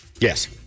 Yes